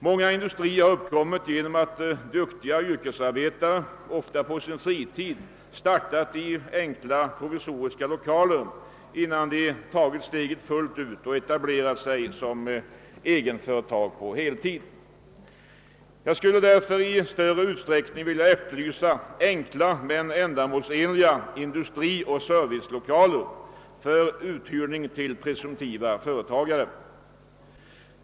Många industrier har uppkommit genom att duktiga yrkesarbetare ofta på sin fritid startat i enkla provisoriska loka ler, innan de tagit steget fullt ut och etablerat sig som egenföretagare på heltid. Jag skulle därför i större utsträckning vilja efterlysa enkla men ändamålsenliga industrioch servicelokaler för uthyrning till presumtiva företagare.